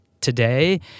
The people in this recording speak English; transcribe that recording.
today